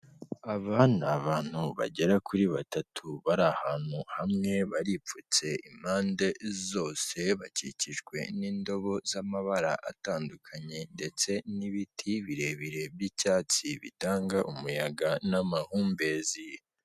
Aba ni abantu bagera kuri batatu bari ahantu hamwe baripfutse impande zose, bakikijwe n'indobo z'amabara atandukanye ndetse n'ibiti birebire by'icyatsi, bitanga umuyaga n'amahumbezi.